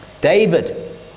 David